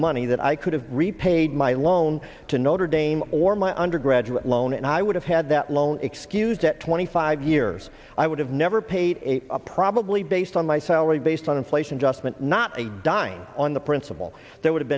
money that i could have repaid my loan to notre dame or my undergraduate loan and i would have had that loan excuse that twenty five years i would have never paid a probably based on my salary based on inflation adjustment not a dime on the principle there would have